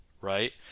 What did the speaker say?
right